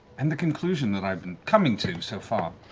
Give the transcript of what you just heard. and the conclusion that i've been coming to so far